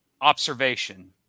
observation